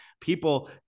people